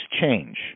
change